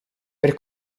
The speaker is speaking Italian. per